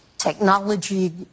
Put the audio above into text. Technology